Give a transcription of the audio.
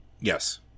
yes